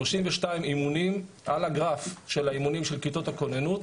32 אימונים על הגרף של האימונים של כיתות הכוננות